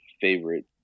favorite